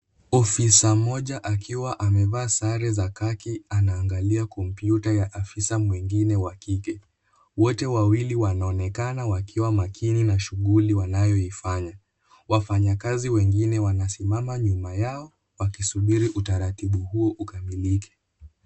Afisa mmoja akiwa amevaa sare za khaki anaangalia kompyuta ya afisa mwingine wa kike. Wote wawili wanaonekana wakiwa makini na shughuli wanayoifanya. Wafanyakazi wengine wanasimama numa yao wakisubiri utaratibu huo ukamilike.